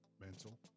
mental